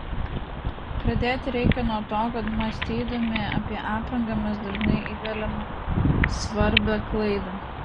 pradėti reikia nuo to kad mąstydami apie aprangą mes dažnai įveliame svarbią klaidą